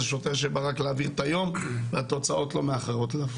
זה שוטר שבא רק להעביר את היום והתוצאות לא מאחרות לבוא.